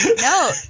No